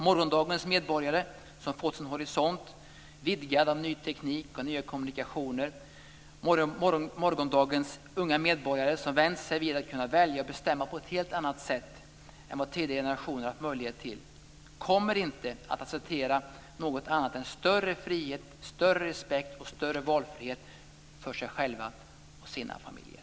Morgondagens medborgare som fått sin horisont vidgad av ny teknik och nya kommunikationer, morgondagens unga medborgare som vant sig vid att kunna välja och bestämma på ett helt annat sätt än vad tidigare generationer haft möjlighet till kommer inte att acceptera något annat än större frihet, större respekt och större valfrihet för sig själva och sina familjer.